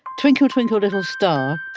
twinkle twinkle little star